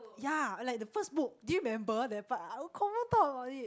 ya like the first book do you remember that part I will confirm talk about it